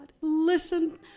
Listen